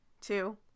two